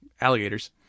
alligators